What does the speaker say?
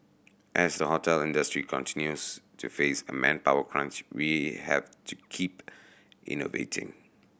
as the hotel industry continues to face a manpower crunch we have to keep innovating